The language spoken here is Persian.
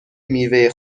میوه